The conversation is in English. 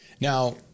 Now